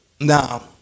Now